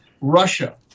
Russia